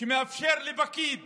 שמאפשר לפקיד